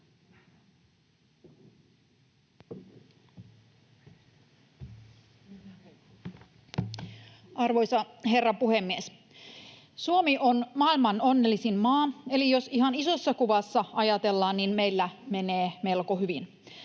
Arvoisa herra puhemies! Suomi on maailman onnellisin maa, eli jos ihan isossa kuvassa ajatellaan, niin meillä menee melko hyvin.